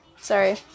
sorry